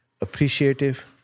appreciative